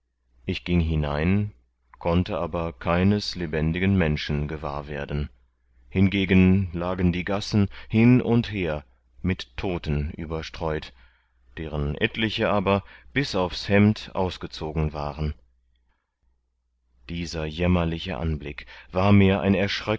ich gieng hinein konnte aber keines lebendigen menschen gewahr werden hingegen lagen die gassen hin und her mit toten überstreut deren etliche aber bis aufs hembd ausgezogen waren dieser jämmerliche anblick war mir ein